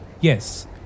Yes